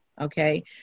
okay